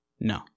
No